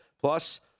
Plus